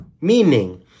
Meaning